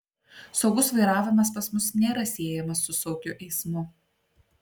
saugus vairavimas pas mus nėra siejamas su saugiu eismu